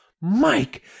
Mike